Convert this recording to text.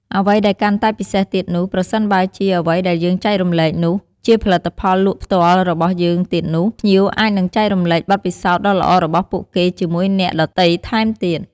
អ្វីដែលកាន់តែពិសេសទៀតនោះ ប្រសិនបើជា អ្វីដែលយើងចែករំលែកនោះ ជាផលិតផលលក់ផ្ទាល់របស់យើងទៀតនោះ ភ្ញៀវអាចនឹងចែករំលែកបទពិសោធន៍ដ៏ល្អរបស់ពួកគេជាមួយអ្នកដទៃថែមទៀត។